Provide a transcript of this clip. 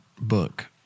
book